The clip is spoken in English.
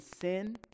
sin